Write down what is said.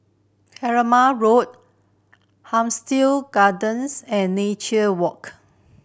Keramat Road Hampstead Gardens and Nature Walk